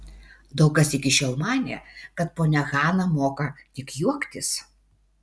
daug kas iki šiol manė kad ponia hana moka tik juoktis